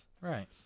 Right